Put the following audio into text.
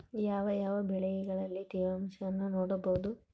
ಯಾವ ಯಾವ ಬೆಳೆಗಳಲ್ಲಿ ತೇವಾಂಶವನ್ನು ನೋಡಬಹುದು?